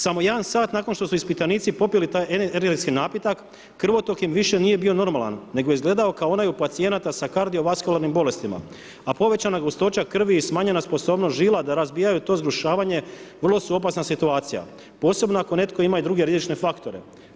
Samo jedan sat nakon što su ispitanici popili taj energetski napitak krvotok im više nije bio normalan nego je izgledao ako onaj u pacijenata sa kardiovaskularnim bolestima a povećana gustoća krvi i smanjena sposobnost žila da razbijaju to zgrušavanje vrlo su opasna situacija posebno ako netko ima i druge rizične faktore.